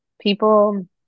People